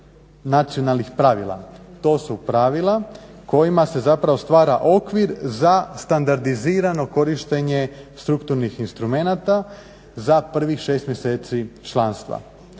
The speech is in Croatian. nacionalnih pravila. To su pravila kojima se zapravo stvara okvir za standardizirano korištenje strukturnih instrumenata za prvih 6 mjeseci članstva.